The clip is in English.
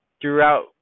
throughout